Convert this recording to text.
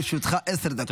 בבקשה, לרשותך עשר דקות.